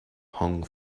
hung